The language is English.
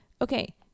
Okay